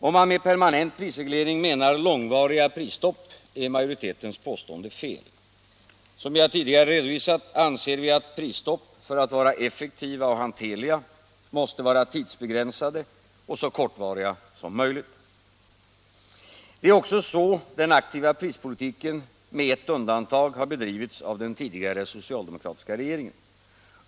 Om man med permanent prisreglering menar långvariga prisstopp, är majoritetens påstående fel. Som jag tidigare redovisat anser vi att prisstopp, för att vara effektiva och hanterliga, måste vara tidsbegränsade och så kortvariga som möjligt. Det är också så den aktiva prispolitiken med ett undantag har bedrivits av den tidigare socialdemokratiska regeringen.